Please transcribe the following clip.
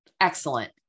excellent